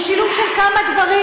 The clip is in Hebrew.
והוא שילוב של כמה דברים,